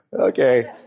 okay